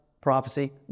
prophecy